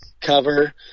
cover